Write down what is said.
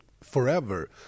forever